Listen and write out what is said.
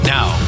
Now